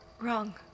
wrong